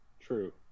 True